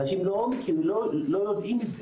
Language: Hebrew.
אנשים לא יודעים את זה,